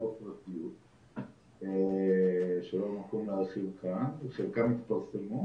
בפרטיות שלא המקום להרחיב כאן וחלקם התפרסמו.